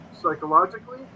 psychologically